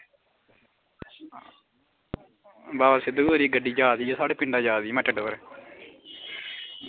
बाबा सिद्ध गौरिया गड्डी जादी साढ़े पिंड दा जा दी ऐ मेटाडोर